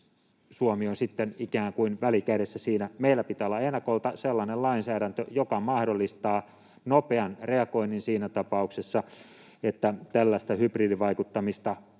Suomi on sitten ikään kuin välikädessä siinä. Meillä pitää olla ennakolta sellainen lainsäädäntö, joka mahdollistaa nopean reagoinnin siinä tapauksessa, että tällaista hybridivaikuttamista